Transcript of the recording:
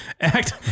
act